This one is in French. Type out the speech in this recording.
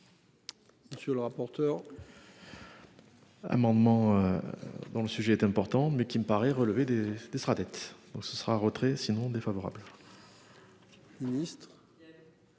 Monsieur le rapporteur. Amendement. Dont le sujet est important mais qui me paraît relever des des sera tête donc ce sera retrait sinon défavorable.